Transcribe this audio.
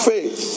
Faith